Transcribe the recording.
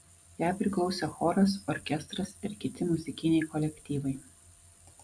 jai priklausė choras orkestras ir kiti muzikiniai kolektyvai